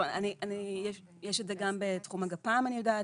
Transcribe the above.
טוב, אני, יש את זה גם בתחום הגפ"מ אני יודעת.